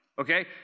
Okay